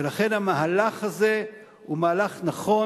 ולכן המהלך הזה הוא מהלך נכון,